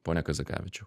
pone kazakevičiau